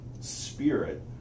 spirit